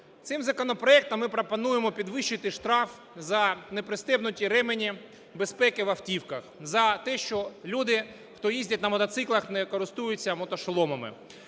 Цим законопроектом ми пропонуємо підвищити штраф за не пристебнуті ремені безпеки в автівках, за те, що люди, хто їздять на мотоциклах не користуються мотошоломами.